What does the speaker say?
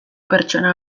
pertsona